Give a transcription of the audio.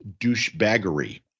douchebaggery